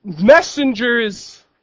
messengers